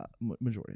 Majority